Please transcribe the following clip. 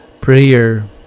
prayer